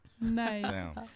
Nice